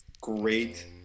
Great